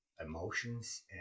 emotions